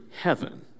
heaven